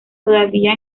todavía